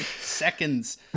Seconds